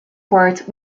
court